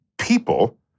people